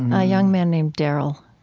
a young man named darryl.